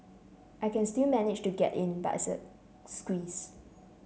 I can still manage to get in but it's a squeeze